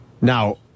Now